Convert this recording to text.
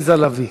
עליזה לביא.